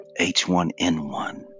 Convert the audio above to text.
H1N1